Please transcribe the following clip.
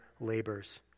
labors